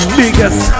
biggest